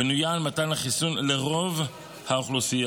בנויה על מתן החיסון לרוב האוכלוסייה.